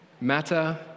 matter